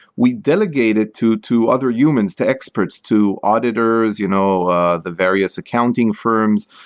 we delegated to to other humans, to experts, to auditors, you know the various accounting firms,